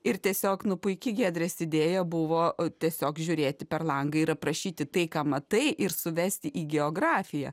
ir tiesiog nu puiki giedrės idėja buvo tiesiog žiūrėti per langą ir aprašyti tai ką matai ir suvesti į geografiją